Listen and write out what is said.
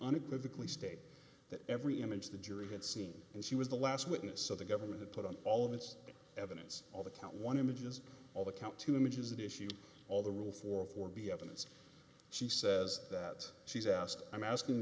unequivocally state that every image the jury had seen and she was the last witness so the government put on all of its evidence all the count one images all the count two images that issue all the rule for four be evidence she says that she's asked i'm asking